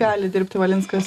gali dirbti valinskas